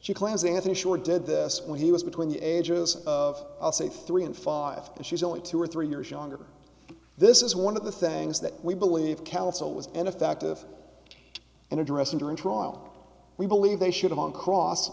she claims and sure did this when he was between the ages of say three and five and she's only two or three years younger this is one of the things that we believe callista was ineffective in addressing during trial we believe they should have on cross